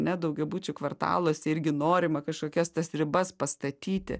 ne daugiabučių kvartaluose irgi norima kažkokias tas ribas pastatyti